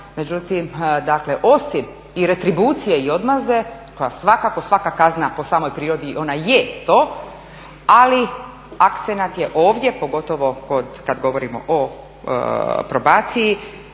međutim dakle osim i retribucije i odmazde koja svakako svaka kazna po samoj prirodi ona je to, ali akcenat je ovdje, pogotovo kad govorimo o probaciji,